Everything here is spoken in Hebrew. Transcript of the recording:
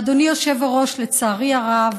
אדוני היושב-ראש, לצערי הרב,